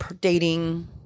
dating